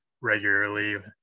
regularly